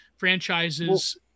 franchises